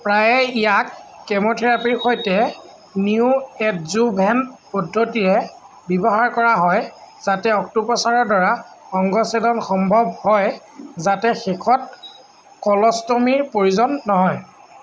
প্ৰায়ে ইয়াক কেমোথেৰাপিৰ সৈতে নিউ এডজুভেণ্ট পদ্ধতিৰে ব্যৱহাৰ কৰা হয় যাতে অস্ত্ৰোপ্ৰচাৰৰ দ্বাৰা অংগচ্ছেদন সম্ভৱ হয় যাতে শেষত কলষ্টমীৰ প্ৰয়োজন নহয়